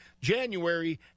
January